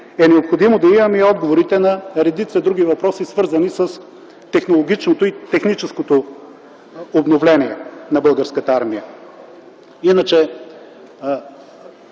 необходимо е да имаме и отговорите на редица други въпроси, свързани с технологичното и техническото обновление на Българската армия. Иначе,